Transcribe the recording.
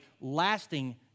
lasting